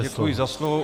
Děkuji za slovo.